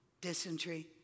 dysentery